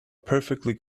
perfectly